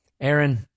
Aaron